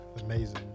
amazing